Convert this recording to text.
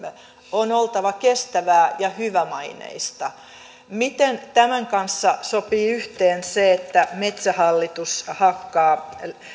on oltava kestävää ja hyvämaineista miten tämän kanssa sopii yhteen se että metsähallitus hakkaa